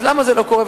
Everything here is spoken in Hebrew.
אז למה זה לא קורה?